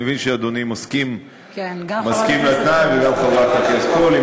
אני מבין שאדוני מסכים לתנאי, וגם חברת הכנסת קול.